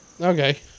okay